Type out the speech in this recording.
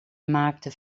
maakte